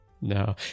no